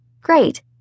Great